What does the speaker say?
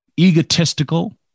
egotistical